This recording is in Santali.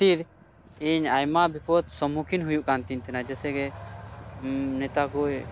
ᱠᱟᱹᱛᱤᱨ ᱤᱧ ᱟᱭᱢᱟ ᱵᱤᱯᱚᱫ ᱥᱚᱢᱢᱩᱠᱷᱤᱱ ᱦᱩᱭᱩᱜ ᱠᱟᱱ ᱛᱤᱧ ᱛᱟᱦᱮᱸᱱᱟ ᱡᱮᱥᱮᱠᱮ ᱱᱮᱛᱟ ᱠᱚᱡ